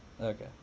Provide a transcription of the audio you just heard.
Okay